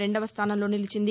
రెందవ స్థానంలో నిలిచింది